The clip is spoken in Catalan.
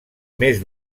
més